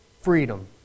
freedom